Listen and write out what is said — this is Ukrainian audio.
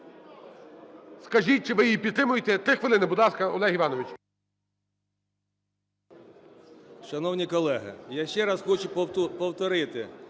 скажіть, чи ви її підтримуєте. 3 хвилини. Будь ласка, Олег Іванович.